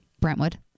Brentwood